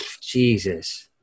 Jesus